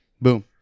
Boom